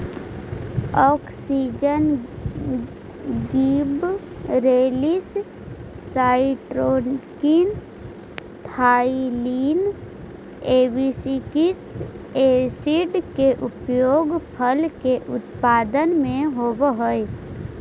auxin, gibberellins, cytokinin, ethylene, abscisic acid के उपयोग फल के उत्पादन में होवऽ हई